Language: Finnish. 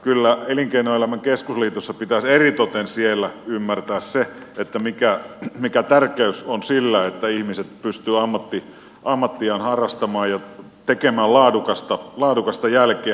kyllä elinkeinoelämän keskusliitossa pitäisi eritoten siellä ymmärtää se mikä tärkeys on sillä että ihmiset pystyvät ammattiaan harjoittamaan ja tekemään laadukasta jälkeä